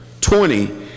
twenty